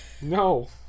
No